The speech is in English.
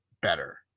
better